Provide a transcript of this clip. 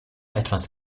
etwas